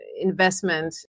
investment